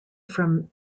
from